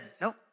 Nope